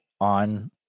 on